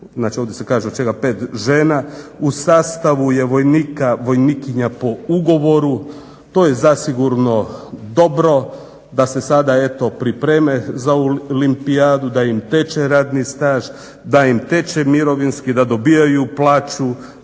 znači ovdje se kaže od čega 5 žena, u sastavu je vojnika-vojnikinja po ugovoru. To je zasigurno dobro da se sada eto pripreme za Olimpijadu, da im teče radni staž, da im teče mirovinski, da dobijaju plaću,